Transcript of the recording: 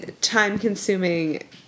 time-consuming